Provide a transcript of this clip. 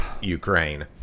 Ukraine